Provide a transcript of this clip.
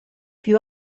più